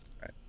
right